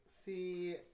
See